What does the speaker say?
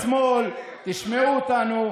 חברים, ומימין ומשמאל, תשמעו אותנו.